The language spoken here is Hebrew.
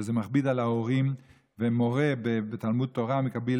וזה מכביד על ההורים, ומורה בתלמוד תורה מקבל